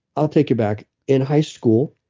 i'll take you back. in high school,